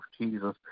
Jesus